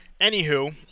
anywho